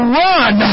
run